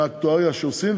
לפי האקטואריה שעושים,